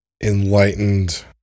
enlightened